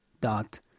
dot